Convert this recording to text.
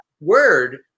word